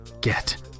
get